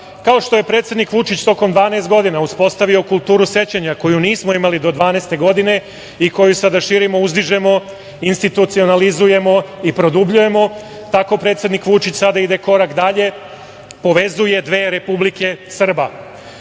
Kao što je predsednik Vučić tokom 12 godina uspostavio kulturu sećanja, koju nismo imali do 2012. godine i koju sada širimo, uzdižemo, institucionalizujemo i produbljujemo, tako sada predsednik Vučić ide korak dalje, povezuje dve republike Srba. Vučić